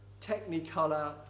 Technicolor